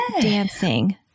dancing